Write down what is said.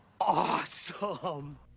awesome